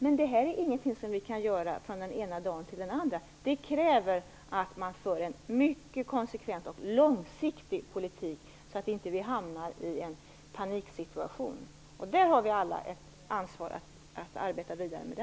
Men det här är ingenting som vi kan göra från den ena dagen till den andra. Detta kräver att man för en mycket konsekvent och långsiktig politik så att vi inte hamnar i en paniksituation. Där har vi alla ett ansvar för att arbeta vidare.